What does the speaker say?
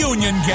Union